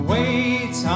Wait